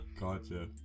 Gotcha